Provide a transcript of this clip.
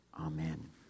Amen